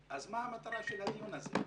אז מה המטרה של הדיון הזה?